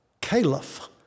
caliph